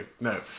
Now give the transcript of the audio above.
no